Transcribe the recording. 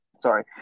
Sorry